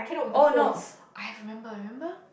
oh no I've remember remember